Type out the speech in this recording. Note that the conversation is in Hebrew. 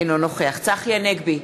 אינו נוכח צחי הנגבי,